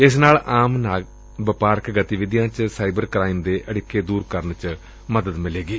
ਇਸ ਨਾਲ ਆਪ ਵਪਾਰਕ ਗਤੀਵਿਧੀਆਂ ਚ ਸਾਈਬਰ ਕਰਾਈਮ ਦੇ ਅੜਿੱਕੇ ਦੁਰ ਕਰਨ ਚ ਵੀ ਮਦਦ ਮਿਲੇਗੀ